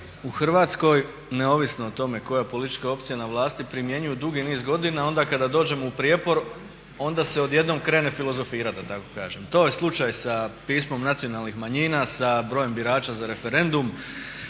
u Hrvatskoj, neovisno o tome koja je politička opcija na vlasti, primjenjuju dugi niz godina. Onda kada dođemo u prijepor onda se odjednom krene filozofirat da tako kažem. To je slučaj sa pismom nacionalnih manjina, sa brojem birača za referendum,